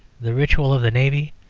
the ritual of the navy,